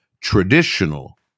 traditional